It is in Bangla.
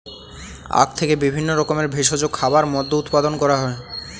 আখ থেকে বিভিন্ন রকমের ভেষজ খাবার, মদ্য উৎপাদন করা হয়